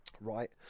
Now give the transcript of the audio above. right